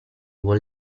vuol